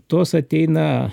tos ateina